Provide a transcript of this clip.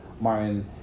Martin